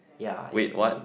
ya in~ indeed